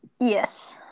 Yes